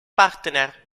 partner